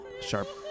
sharp